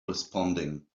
responding